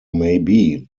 maybe